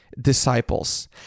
disciples